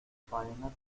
faena